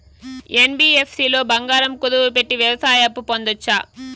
NBFC లో బంగారం కుదువు పెట్టి వ్యవసాయ అప్పు పొందొచ్చా?